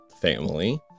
family